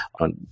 on